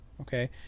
Okay